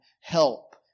help